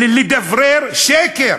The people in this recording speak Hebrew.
לדברר שקר.